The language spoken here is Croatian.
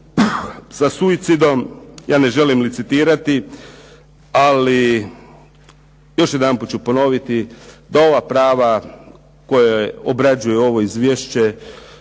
Sa suicidom, ja ne želim licitirati, ali još jedanput ću ponoviti da ova prava koja obrađuje ovo izvješće